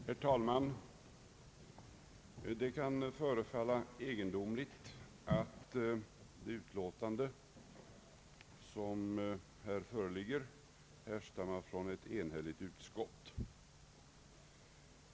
Herr talman! Det kan förefalla egendomligt att föreliggande utlåtande härstammar från ett enigt utskott.